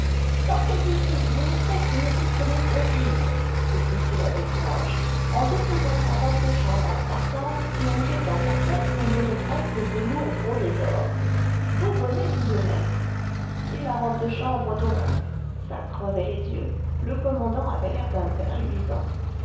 sortez d'ici vous ne faites et ne dites que des sottises s'écrie-t-il avec rage en défaisant sa robe de chambre à la tartare et en jetant par terre son bonnet grec de velours brodé d'or beau bonnet tout de même et la robe de chambre donc ça crevait les yeux le commandant avait l'air d'un ver luisant